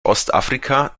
ostafrika